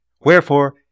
Wherefore